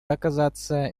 оказаться